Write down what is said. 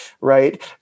right